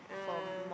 uh